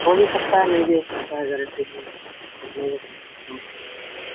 ہو بھی سکتا ہے نہیں بھی ہو سکتا ہے گارنٹی نہیں ہے کام پہ جاتے رہتے ہیں